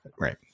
Right